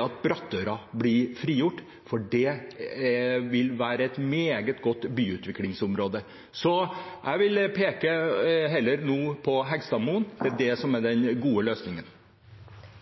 at Brattøra blir frigjort, for det vil være et meget godt byutviklingsområde. Så jeg vil nå heller peke på Heggstadmoen. Det er det som er den gode løsningen.